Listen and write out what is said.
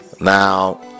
now